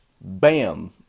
bam